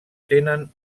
tenen